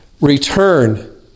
return